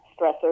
stressor